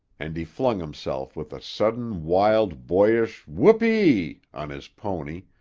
and he flung himself with a sudden wild, boyish whoopee! on his pony,